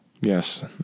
Yes